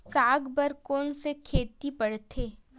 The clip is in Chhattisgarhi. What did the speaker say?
साग बर कोन से खेती परथे?